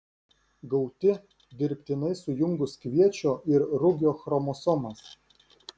gauti dirbtinai sujungus kviečio ir rugio chromosomas